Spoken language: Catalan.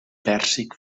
pèrsic